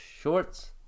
shorts